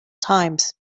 times